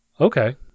Okay